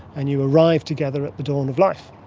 and you arrive together at the dawn of life.